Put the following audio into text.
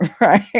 right